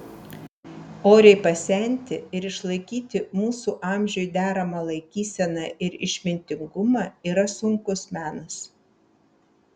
oriai pasenti ir išlaikyti mūsų amžiui deramą laikyseną ir išmintingumą yra sunkus menas